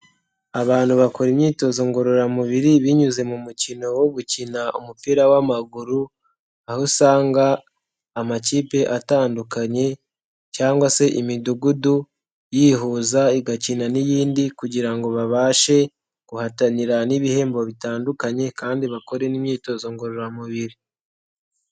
Abantu bakora imyitozo ngororamubiri, binyuze mu mukino wo gukina umupira w'amaguru, aho usanga amakipe atandukanye cyangwa se imidugudu, yihuza igakina n'iyindi kugira ngo babashe guhatanira n'ibihembo bitandukanye, kandi bakore n'imyitozo ngororamubiri.